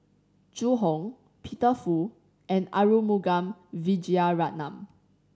Zhu Hong Peter Fu and Arumugam Vijiaratnam